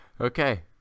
Okay